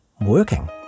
working